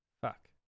Fuck